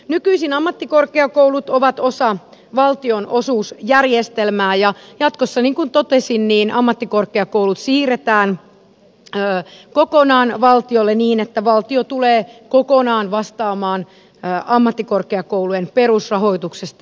nykyisin ammattikorkeakoulut ovat osa valtionosuusjärjestelmää ja jatkossa niin kuin totesin ammattikorkeakoulut siirretään kokonaan valtiolle niin että valtio tulee kokonaan vastaamaan ammattikorkeakoulujen perusrahoituksesta